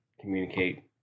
communicate